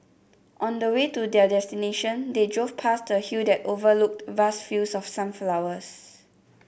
on the way to their destination they drove past a hill that overlooked vast fields of sunflowers